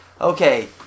okay